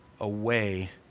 away